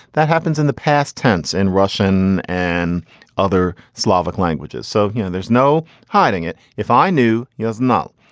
that happens in the past tense in russian and other slavic languages. so you know there's no hiding it. if i knew. he does know.